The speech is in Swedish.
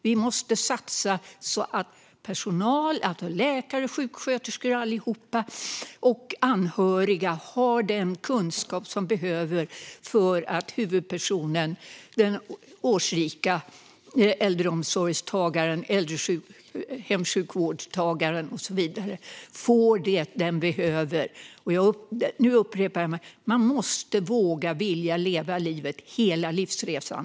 Vi måste satsa så att personal, läkare, sjuksköterskor - allihop - och anhöriga har den kunskap som behövs för att huvudpersonen, den årsrika äldreomsorgstagaren, äldrehemsjukvårdstagaren och så vidare, får det den behöver. Nu upprepar jag mig: Man måste våga vilja leva livet hela livsresan.